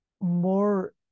more